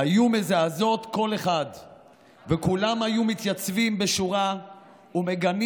היו מזעזעות כל אחד וכולם היו מתייצבים בשורה ומגנים